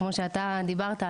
כמו שאתה דיברת,